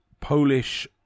polish